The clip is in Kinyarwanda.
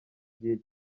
gihe